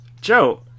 Joe